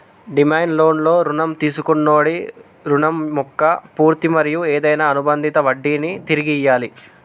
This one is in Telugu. డిమాండ్ లోన్లు రుణం తీసుకొన్నోడి రుణం మొక్క పూర్తి మరియు ఏదైనా అనుబందిత వడ్డినీ తిరిగి ఇయ్యాలి